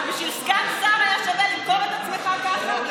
אבל בשביל סגן שר היה שווה למכור את עצמך ככה?